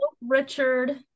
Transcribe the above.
Richard